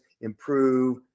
improve